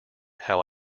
how